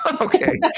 Okay